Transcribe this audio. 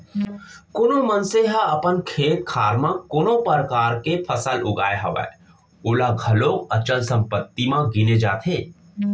कोनो मनसे ह अपन खेत खार म कोनो परकार के फसल उगाय हवय ओला घलौ अचल संपत्ति म गिने जाथे